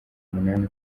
munani